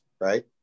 right